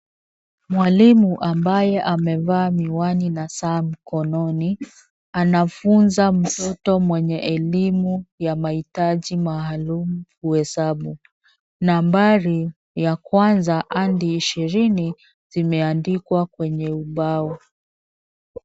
Mwalimu ambaye amevaa miwani na saa mkononi anafunza mtoto mwenye elimu ya mahitaji maalum kuhesabu. Nambari ya kwanza hadi ishirini zimeandikwa kwenye ubao.